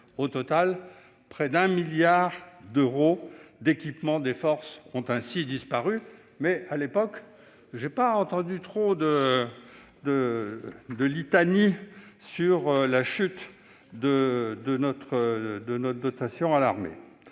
Au total, près d'un milliard d'euros d'équipement des forces ont ainsi disparu. À l'époque, j'ai entendu peu de litanies sur la chute de notre dotation à l'armée